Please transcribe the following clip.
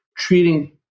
treating